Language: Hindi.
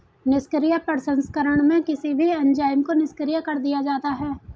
निष्क्रिय प्रसंस्करण में किसी भी एंजाइम को निष्क्रिय कर दिया जाता है